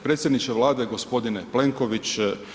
Predsjedniče Vlade, g. Plenković.